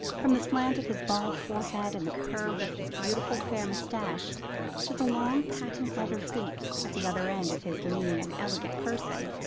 from the slant of his bald forehead and the curve of his beautiful fair moustache to the long patent-leather feet at the other end of his lean and elegant person,